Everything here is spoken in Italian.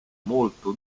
molto